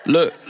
Look